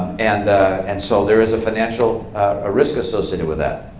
and and so there is a financial risk associated with that.